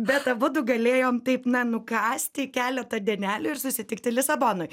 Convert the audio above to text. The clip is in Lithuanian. bet abudu galėjom taip na nukąsti keletą dienelių ir susitikti lisabonoj